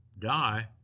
die